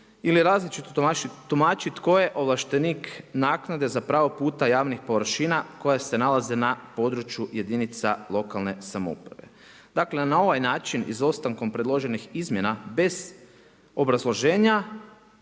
ili različito tumači tko je ovlaštenik naknade za pravog puta javnih površina koje se nalaze na području jedinica lokalne samouprave. Dakle, na ovaj način izostankom, predloženih izmjena, bez obrazloženja,